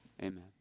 amen